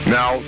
Now